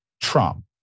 Trump